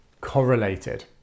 correlated